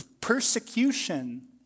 persecution